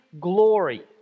glory